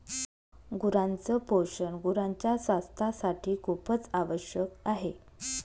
गुरांच पोषण गुरांच्या स्वास्थासाठी खूपच आवश्यक आहे